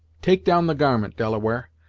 take down the garment, delaware,